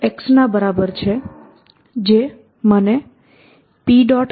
x ના બરાબર છે જે મને P